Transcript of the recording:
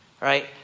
right